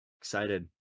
Excited